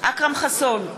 אכרם חסון,